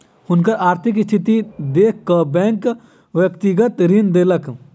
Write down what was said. हुनकर आर्थिक स्थिति देख कअ बैंक व्यक्तिगत ऋण देलक